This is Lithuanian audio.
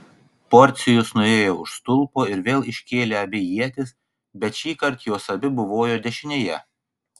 porcijus nuėjo už stulpo ir vėl iškėlė abi ietis bet šįkart jos abi buvojo dešinėje